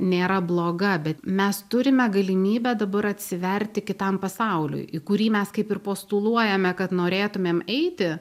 nėra bloga bet mes turime galimybę dabar atsiverti kitam pasauliui į kurį mes kaip ir postuluojame kad norėtumėm eiti